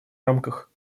рамках